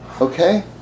Okay